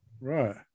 Right